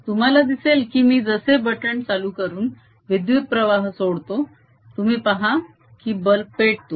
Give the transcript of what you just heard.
तुम्हाला दिसेल की मी जसे बटन चालू करून विद्युत प्रवाह सोडतो तुम्ही पहा की बल्ब पेटतो